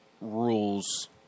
rules